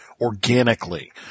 organically